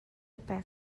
pek